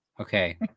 Okay